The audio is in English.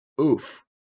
oof